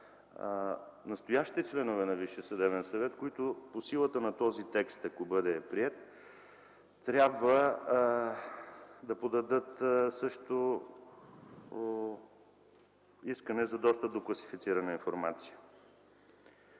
Висшия съдебен съвет, които по силата на този текст, ако бъде приет, трябва да подадат също искане за достъп до класифицирана информация?